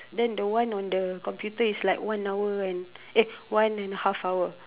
then the one on the computer is like one hour and eh one and a half hour